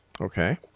Okay